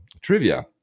trivia